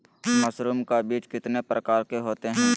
Mushroom का बीज कितने प्रकार के होते है?